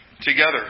together